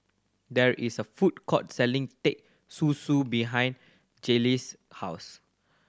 there is a food court selling Teh Susu behind Jalen's house